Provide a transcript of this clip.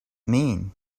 mean